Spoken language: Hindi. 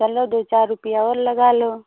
चलो दो चार रुपया और लगा लो